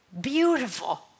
Beautiful